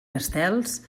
estels